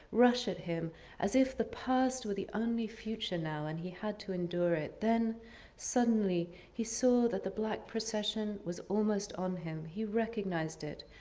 rush at him as if the past was the only future now and he had to endure it. then suddenly he saw that the black procession was almost on him. he recognized it.